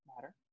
matter